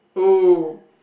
oh